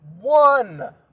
one